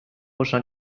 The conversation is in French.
prochain